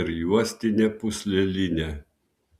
ir juostinę pūslelinę